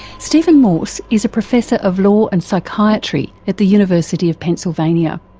stephen morse is a professor of law and psychiatry at the university of pennsylvania.